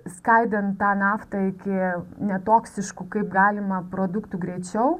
skaidant tą naftą iki netoksiškų kaip galima produktų greičiau